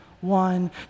one